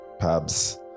Pabs